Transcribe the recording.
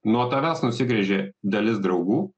nuo tavęs nusigręžė dalis draugų